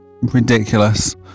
Ridiculous